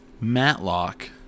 Matlock